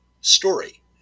story